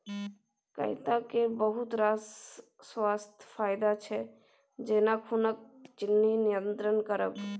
कैता केर बहुत रास स्वास्थ्य फाएदा छै जेना खुनक चिन्नी नियंत्रण करब